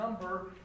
number